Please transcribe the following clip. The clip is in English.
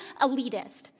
elitist